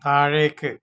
താഴേക്ക്